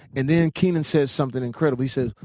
and then keenan says something incredible. he says,